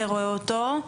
רואה אותו,